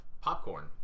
Popcorn